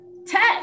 test